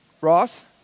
Ross